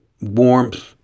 warmth